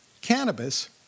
cannabis